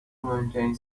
مهمترین